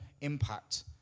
impact